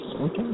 Okay